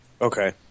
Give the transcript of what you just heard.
Okay